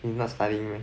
you not studying meh